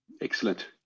excellent